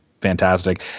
fantastic